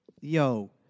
Yo